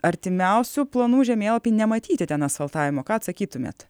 artimiausių planų žemėlapį nematyti ten asfaltavimo ką atsakytumėt